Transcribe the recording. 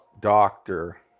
doctor